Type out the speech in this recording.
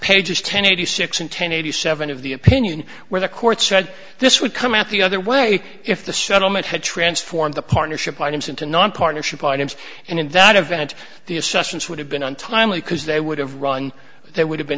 pages ten eighty six and ten eighty seven of the opinion where the court said this would come out the other way if the settlement had transformed the partnership items into non partnership items and in that event the assessments would have been untimely because they would have run they would have been